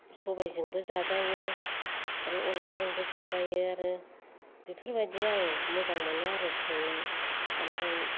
सबायजोंबो जाजायो आरो अनद्लाजोंबो जाजायो आरो बेफोरबायदि आं मोजां मोनो आरो संनो ओमफ्राय